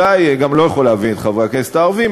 גם לא יכול להבין את חברי הכנסת הערבים,